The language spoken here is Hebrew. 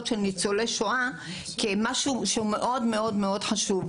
של ניצולי שואה דבר מאוד-מאוד חשוב,